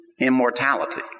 immortality